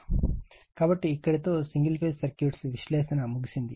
కాబట్టి ఇక్కడితో single phase circuits విశ్లేషణ ముగిసింది